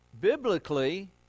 Biblically